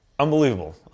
Unbelievable